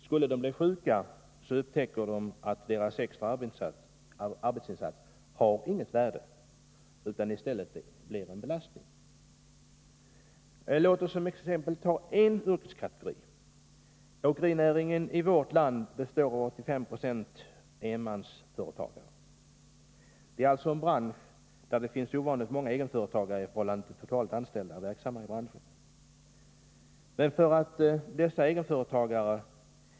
Skulle de bli sjuka upptäcker de att deras extra arbetsinsats inte har något värde utan i stället blir en belastning. Vi kan exempelvis se på en yrkeskategori. Åkerinäringen i vårt land består till 85 20 av enmansföretagare. Detta är alltså en bransch där det finns ovanligt många egenföretagare i förhållande till det totala antalet anställda inom branschen.